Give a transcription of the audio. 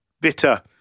bitter